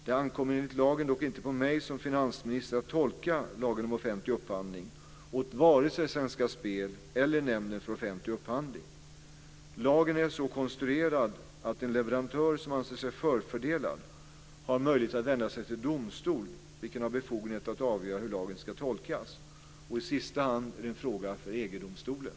Det ankommer enligt lagen dock inte på mig som finansminister att tolka lagen om offentlig upphandling åt vare sig Svenska Spel eller Nämnden för offentlig upphandling. Lagen är så konstruerad att en leverantör som anser sig förfördelad har möjlighet att vända sig till domstol, vilken har befogenhet att avgöra hur lagen ska tolkas. I sista hand är det en fråga för EG-domstolen.